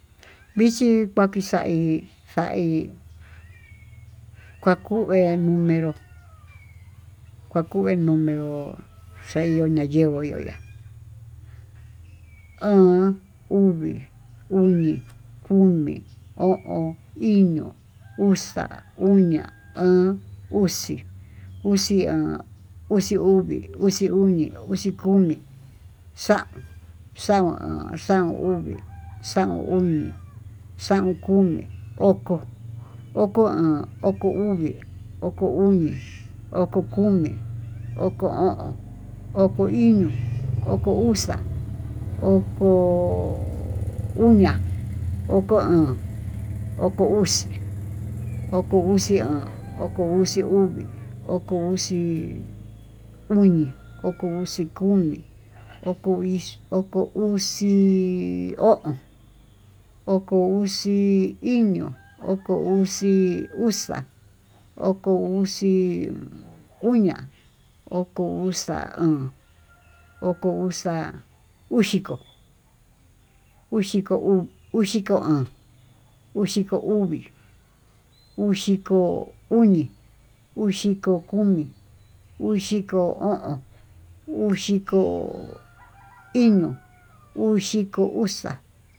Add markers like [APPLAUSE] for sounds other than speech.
Vichi pakixayí xaiyi [HESITATION] kua kuu menguó, vee numero kua kuu vee numeró xhelo ña yenguó yo'o ya'á ahu uu vii, uni, komi, o'ón, iño, uxa, oña, óó, uxi, uxi oon, uxi uví, uxi komi, kaon, kaon oon, kaon uví, xaon oni, xaon komi, oko, oko oon, oko uví, oko uñi, oko komi, oko o'on, oko iño, oko uxa, oko uña'a, oko óón, oko uxi, oko xui oon, oko uxi uví. oko uxi oñi, oko uxí komi, oko uxi o'on, okom uxi iño, oko uxi uxa, oko uxi uña'a, oko uxa o'on, oko uxa uyiko, uyiko uu, uyiko o'on, uyiko uví, uyiko uñi, uyiko komi, uyiko o'on, uyiko iño, uyiko uxa.